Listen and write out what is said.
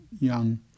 young